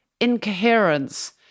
incoherence